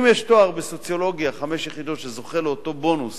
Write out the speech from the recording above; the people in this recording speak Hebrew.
אם סוציולוגיה חמש יחידות זוכה לאותו בונוס